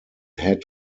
had